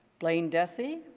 blane dessy,